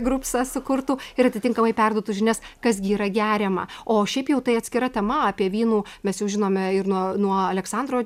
grupsą sukurtų ir atitinkamai perduotų žinias kas gi yra geriama o šiaip jau tai atskira tema apie vynų mes jau žinome ir nuo nuo aleksandro